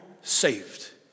saved